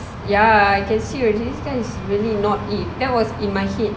ya I can see already this guy is really not it that was in my head